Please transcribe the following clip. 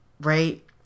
Right